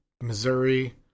Missouri